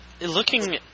looking